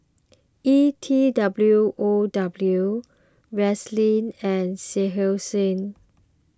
E T W O W Vaseline and Seinheiser